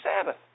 Sabbath